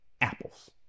apples